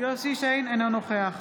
אינו נוכח